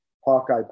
Hawkeye